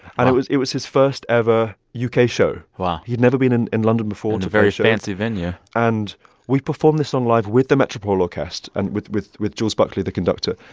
and it was it was his first ever u k. show wow he'd never been in in london before it's a very fancy venue and we performed this song live with the metropole orkest and with with jules buckley, the conductor.